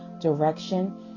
direction